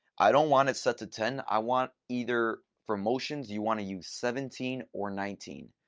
i don't want it set to ten. i want either for motions, you want to use seventeen or nineteen.